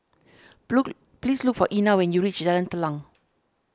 please look for Ena when you reach Jalan Telang